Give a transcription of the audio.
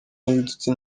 n’ibitutsi